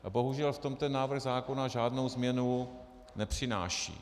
A bohužel v tom návrh zákona žádnou změnu nepřináší.